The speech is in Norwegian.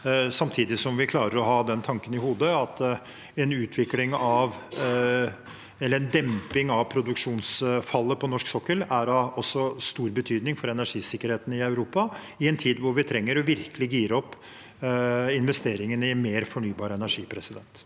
samtidig som vi klarer å ha den tanken i hodet at en demping av produksjonsfallet på norsk sokkel også er av stor betydning for energisikkerheten i Europa, i en tid da vi virkelig trenger å gire opp investeringene i mer fornybar energi.